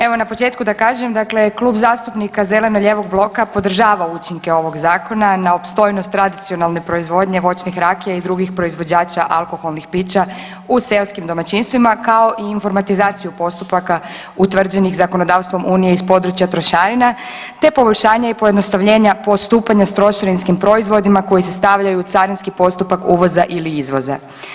Evo na početku da kažem, dakle Klub zastupnika Zeleno-lijevog bloka podržava učinke ovog zakona na opstojnost tradicionalne proizvodnje voćnih rakija i drugih proizvođača alkoholnih pića u seoskim domaćinstvima kao i informatizaciju postupaka utvrđenih zakonodavstvom Unije iz područja trošarina, te poboljšanja i pojednostavljenja postupanja sa trošarinskim proizvodima koji se stavljaju u carinski postupak uvoza ili izvoza.